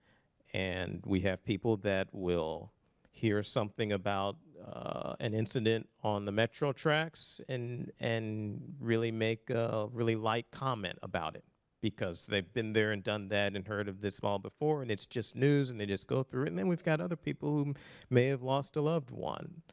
and we have people that will hear something about an incident on the metro tracks and really make a really like comment about it because they've been there and done that and heard of this all before. and it's just news and they just go through it. and then, we've got other people who may have lost a loved one.